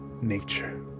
nature